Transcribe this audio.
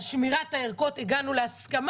על שמירת הערכות הגענו להסכמה,